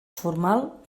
formal